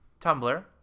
Tumblr